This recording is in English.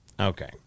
Okay